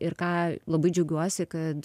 ir ką labai džiaugiuosi kad